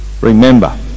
remember